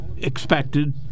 expected